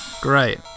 Great